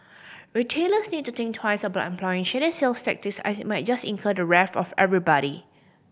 retailers need to think twice about employing shady sales tactics as it might just incur the wrath of everybody